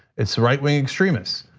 it's right wing extremists.